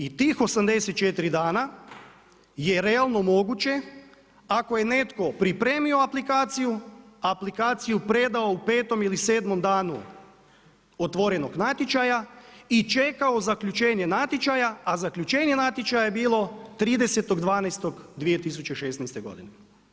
I tih 84 dana je realno moguće ako je netko pripremio aplikaciju, aplikaciju predao u 5. ili 7. danu otvorenog natječaja i čekao zaključenje natječaja, a zaključenje natječaja je bilo 30. 12. 2016. godine.